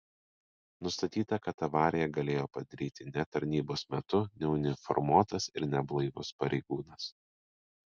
nustatyta kad avariją galėjo padaryti ne tarnybos metu neuniformuotas ir neblaivus pareigūnas